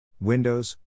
windows